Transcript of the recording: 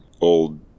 old